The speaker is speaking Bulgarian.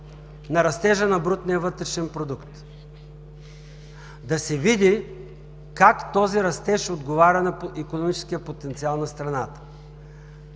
на растежа на брутния вътрешен продукт. Да се види как този растеж отговаря на икономическия потенциал на страната